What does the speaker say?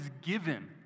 given